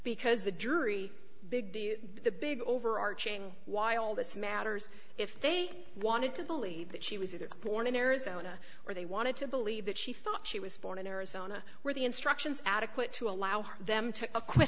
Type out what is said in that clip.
because the jury big the big overarching why all this matters if they wanted to believe that she was either born in arizona or they wanted to believe that she thought she was born in arizona where the instructions adequate to allow them to acquit